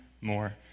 more